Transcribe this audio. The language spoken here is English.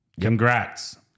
Congrats